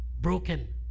broken